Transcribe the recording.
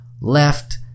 left